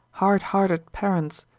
hard-hearted parents,